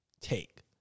take